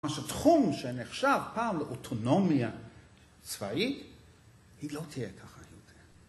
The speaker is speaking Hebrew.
ממש התחום שנחשב פעם לאוטונומיה צבאית, היא לא תהיה ככה יותר.